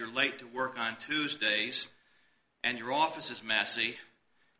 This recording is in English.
you're late to work on tuesdays and your office is messy